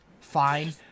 Fine